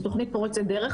זאת תוכנית פורצת דרך,